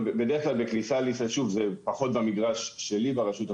זה פחות במגרש שלי ברשות,